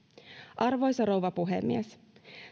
arvoisa rouva puhemies